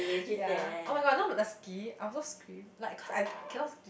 ya [oh]-my-god you know the ski I also scream like cause I cannot ski